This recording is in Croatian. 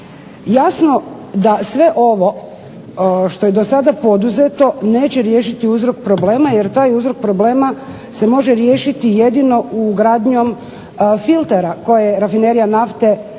Jasno da sve ovo što je do sada poduzeto neće riješiti uzrok problema, jer taj uzrok problema se može riješiti jedino ugradnjom filtera koje rafinerija nafte treba